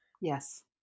yes